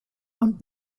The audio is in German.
und